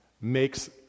makes